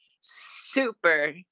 super